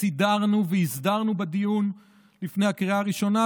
סידרנו והסדרנו בדיון לפני הקריאה הראשונה,